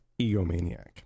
egomaniac